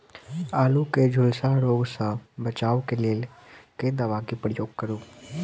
आलु केँ झुलसा रोग सऽ बचाब केँ लेल केँ दवा केँ प्रयोग करू?